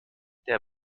der